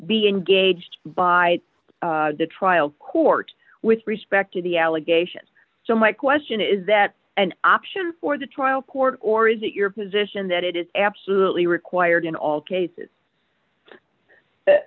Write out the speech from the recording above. be engaged by the trial court with respect to the allegation so my question is that an option for the trial court or is it your position that it is absolutely required in all cases